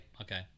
Okay